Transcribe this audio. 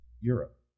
Europe